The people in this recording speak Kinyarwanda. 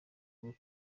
rwo